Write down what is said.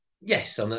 yes